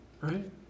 Right